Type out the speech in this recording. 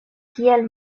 kial